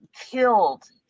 killed